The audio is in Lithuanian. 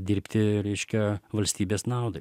dirbti reiškia valstybės naudai